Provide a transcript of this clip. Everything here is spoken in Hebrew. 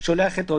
הושחתה,